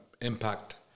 impact